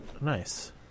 Nice